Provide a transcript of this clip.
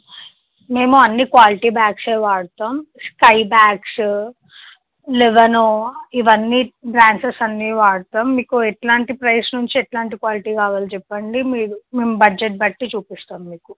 మేము అన్నీ క్వాలిటీ బ్యాగ్సే వాడతాము స్కై బ్యాగ్స్ లెనోవో ఇవన్నీ బాండ్స్ అన్నీ వాడతాము మీకు ఎట్లాంటి ప్రైస్ నుంచి ఎట్లాంటి క్వాలిటీ కావాలి చెప్పండి మీరు మేము బడ్జెట్ బట్టి చూపిస్తాము మీకు